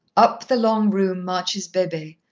up the long room marches bebee,